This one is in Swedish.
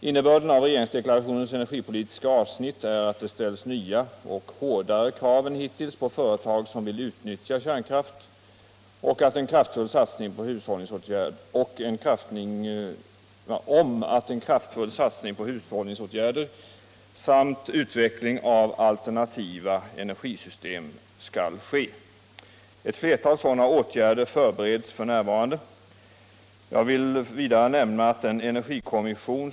Innebörden av regeringsdeklarationens energipolitiska avsnitt är att det ställs nya och hårdare krav än hittills på företag som vill utnyttja kärnkraft om att en kraftfull satsning på hushållningsåtgärder samt utveckling av alternativa energisystem skall ske. Ewt flertal sådana åtgärder förbereds f.n. Jag vill vidare nämna att den energikommission.